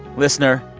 listener,